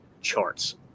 charts